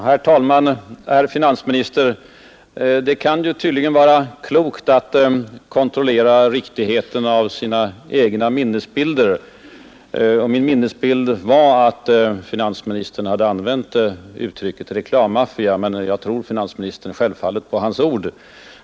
Herr talman! Det är tydligen klokt, herr finansminister, att kontrollera riktigheten av sina egna minnesbilder. Min minnesbild var att finansministern hade använt uttrycket reklammaffia, men jag tror självfallet finansministern på hans ord.